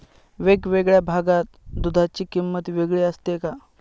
वेगवेगळ्या भागात दूधाची किंमत वेगळी असते का?